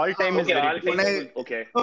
Okay